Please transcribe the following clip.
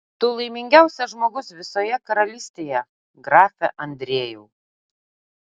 tu laimingiausias žmogus visoje karalystėje grafe andriejau